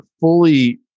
fully